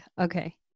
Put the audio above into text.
Okay